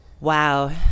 Wow